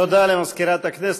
תודה למזכירת הכנסת.